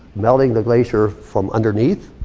melting the glacier from underneath.